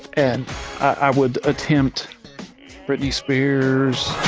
and i would attempt britney spears